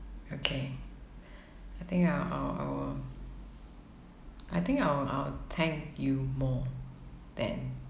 okay I think I I will I will I think I will I will thank you more than